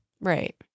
Right